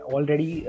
Already